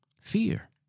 fear